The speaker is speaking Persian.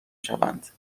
شوند